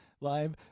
live